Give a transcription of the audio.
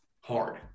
hard